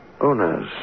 owners